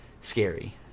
scary